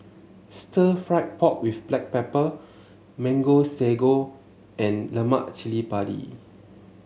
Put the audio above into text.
Stir Fried Pork with Black Pepper Mango Sago and Lemak Cili Padi